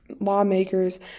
lawmakers